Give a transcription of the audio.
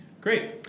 Great